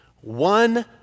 One